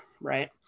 Right